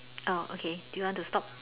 okay do you want to stop